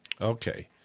Okay